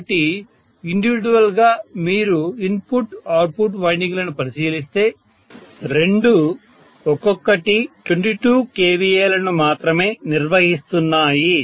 కాబట్టి ఇండివిడ్యూయల్ గా మీరు ఇన్పుట్ మరియు అవుట్పుట్ వైండింగ్లను పరిశీలిస్తే రెండూ ఒక్కొక్కటి 22 kVAలను మాత్రమే నిర్వహిస్తున్నాయి